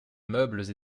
meubles